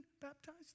baptized